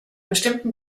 bestimmten